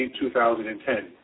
2010